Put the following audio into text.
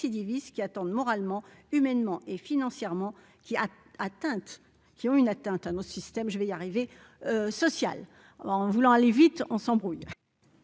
qui attendent, moralement, humainement et financièrement qui a atteinte qui ont une atteinte à nos systèmes, je vais y arriver social en voulant aller vite, on s'embrouille.